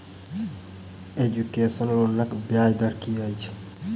Education लोनक ब्याज दर की अछि?